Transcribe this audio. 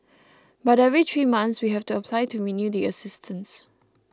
but every three months we have to apply to renew the assistance